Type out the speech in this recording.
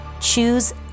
Choose